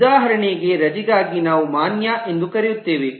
ಉದಾಹರಣೆಗೆ ರಜೆಗಾಗಿ ನಾವು ಮಾನ್ಯ ಎಂದು ಕರೆಯುತ್ತೇವೆ